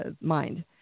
mind